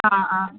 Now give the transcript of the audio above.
ആ ആ